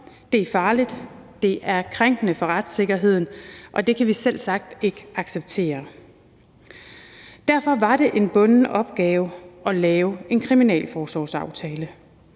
Det er farligt, og det er krænkende for retssikkerheden, og det kan vi selvsagt ikke acceptere. Derfor var det en bunden opgave at lave en kriminalforsorgsaftale,